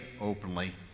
openly